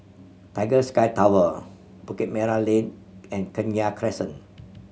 Tiger Sky Tower Bukit Merah Lane and Kenya Crescent